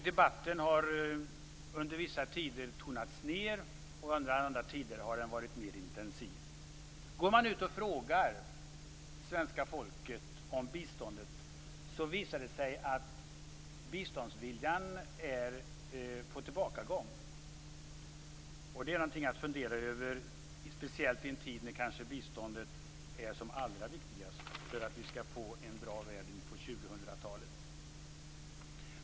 Debatten har under vissa tider tonats ned, och under andra tider har den varit mer intensiv. Om man går ut och frågar svenska folket om biståndet visar det sig att biståndsviljan är på tillbakagång, och det är någonting att fundera över speciellt i en tid då biståndet kanske är som allra viktigast för att vi skall få en bra värld på 2000-talet.